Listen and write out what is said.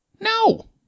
No